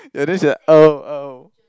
and then she like oh oh